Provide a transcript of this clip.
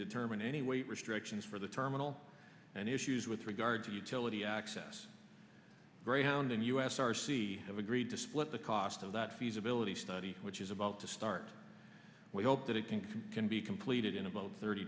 determine any weight restrictions for the terminal and issues with regard to utility access greyhound and us r c have agreed to split the cost of that feasibility study which is about to start we hope that it think it can be completed in about thirty